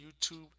YouTube